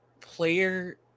player